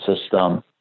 system